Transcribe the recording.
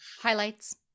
highlights